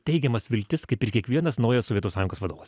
teigiamas viltis kaip ir kiekvienas naujas sovietų sąjungos vadovas